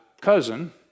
cousin